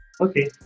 Okay